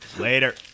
later